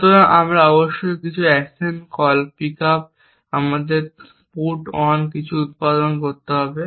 সুতরাং আমাদের অবশ্যই কিছু অ্যাকশন কল পিক আপ আমাদের পুট অন কিছু উত্পাদন করতে হবে